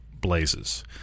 blazes